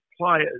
players